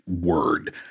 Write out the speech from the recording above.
word